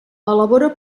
elabora